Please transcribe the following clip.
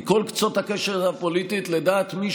לדעת כל קצות הקשת הפוליטית ולדעת מי